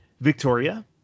Victoria